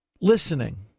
listening